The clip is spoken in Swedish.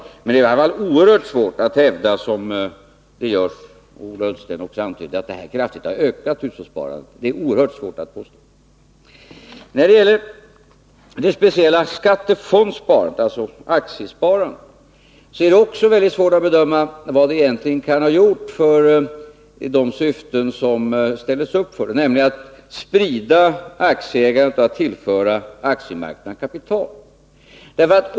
Men det är i vilket fall oerhört svårt att, som Ola Ullsten och andra gör, hävda att skattesparandet kraftigt har ökat hushållssparandet. Också när det gäller det speciella skattefondssparandet, alltså aktiesparandet, är det svårt att bedöma vilka effekterna har blivit i förhållande till de syften som ställdes upp för det, nämligen att sprida aktieägandet och att tillföra aktiemarknaden kapital.